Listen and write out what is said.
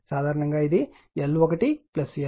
సాధారణంగా ఇది L1 L2 2 M